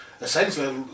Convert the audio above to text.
essentially